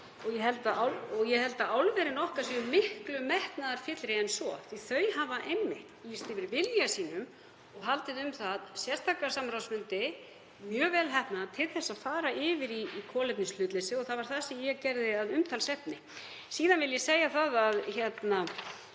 svo. Ég held að álverin okkar séu miklu metnaðarfyllri en svo því að þau hafa einmitt lýst yfir vilja sínum og haldið um það sérstaka samráðsfundi, mjög vel heppnaða, til að fara yfir í kolefnishlutleysi og það var það sem ég gerði að umtalsefni. Síðan vil ég segja að ég held